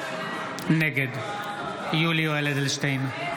נגד יולי יואל אדלשטיין,